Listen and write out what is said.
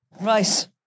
Right